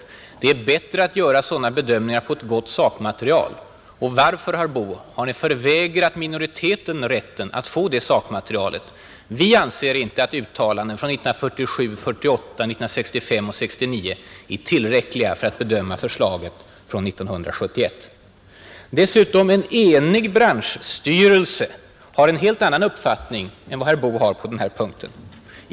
Men det är bättre att göra sådana bedömningar på ett gott sakmaterial. Varför, herr Boo, har ni förvägrat minoriteten rätten att få detta sakmaterial? Vi anser inte att uttalanden från 1947, 1948, 1965 och 1969 är tillräckliga för att bedöma förslag från 1971. Dessutom: en enig branschstyrelse har en helt annan uppfattning än herr Boo på denna punkt.